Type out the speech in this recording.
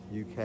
UK